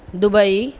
Dubai